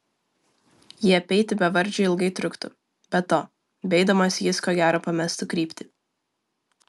jį apeiti bevardžiui ilgai truktų be to beeidamas jis ko gero pamestų kryptį